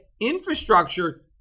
Infrastructure